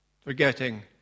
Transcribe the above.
forgetting